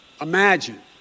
Imagine